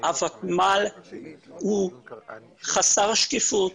הוותמ"ל הוא חסר שקיפות.